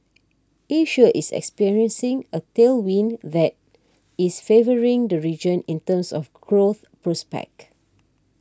Asia is experiencing a tailwind that is favouring the region in terms of growth prospects